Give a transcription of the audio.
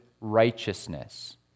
righteousness